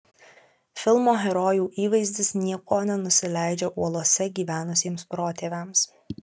filmo herojų įvaizdis nieko nenusileidžia uolose gyvenusiems protėviams